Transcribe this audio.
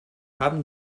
haben